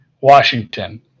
Washington